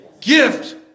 gift